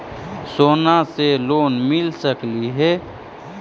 सोना से लोन मिल सकली हे?